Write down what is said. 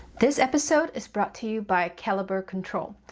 this episode is brought to you by calibre control,